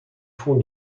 fond